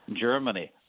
Germany